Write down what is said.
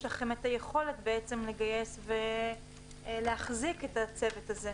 לכם את היכולת לגייס ולהחזיק את הצוות הזה?